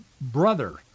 brother